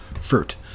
fruit